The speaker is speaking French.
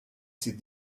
ses